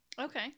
Okay